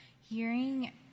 hearing